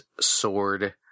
sword